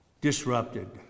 disrupted